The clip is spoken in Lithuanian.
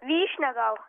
vyšnia gal